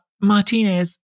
Martinez